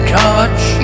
touch